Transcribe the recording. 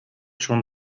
schon